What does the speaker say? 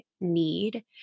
need